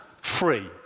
free